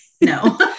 No